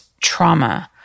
trauma